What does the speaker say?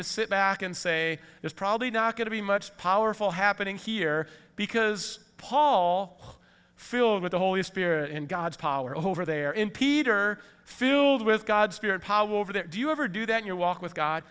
to sit back and say it's probably not going to be much powerful happening here because paul filled with the holy spirit in god's power over there in peter filled with god's spirit power over there do you ever do that your walk with god